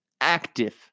active